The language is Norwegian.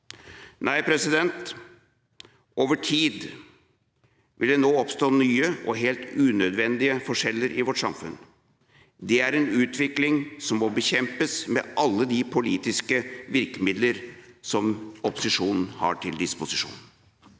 Nei, over tid vil det nå oppstå nye og helt unødvendige forskjeller i vårt samfunn. Det er en utvikling som må bekjempes med alle de politiske virkemidler som opposisjonen har til disposisjon.